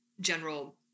general